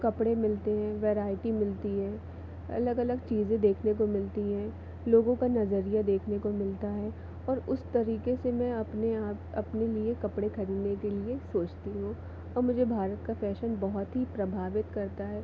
कपड़े मिलते हैं वैरायटी मिलती है अलग अलग चीज़ें देखने को मिलती हैं लोगों का नज़रिया देखने को मिलता है और उस तरीके से मैं अपने आप अपने लिए कपड़े खरीदने के लिए सोचती हूँ और मुझे भारत का फ़ैशन बहुत ही प्रभावित करता है